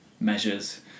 measures